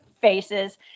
faces